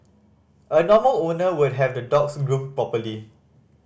a normal owner would have the dogs groomed properly